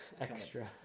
Extra